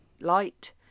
light